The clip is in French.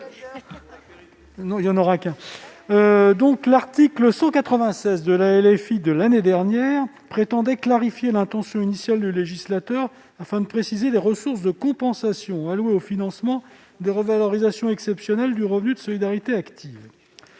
! Ce n'est pas assez cher ! L'article 196 de la loi de finances initiale pour 2020 prétendait « clarifier l'intention initiale du législateur afin de préciser les ressources de compensation allouées au financement des revalorisations exceptionnelles du revenu de solidarité active